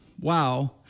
Wow